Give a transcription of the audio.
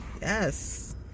Yes